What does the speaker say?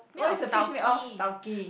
what is the fish made of tau-kee